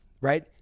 right